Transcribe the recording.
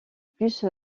plus